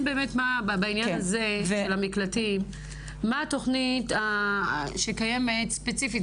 באמת בעניין הזה של המקלטים מה התוכנית שקיימת ספציפית.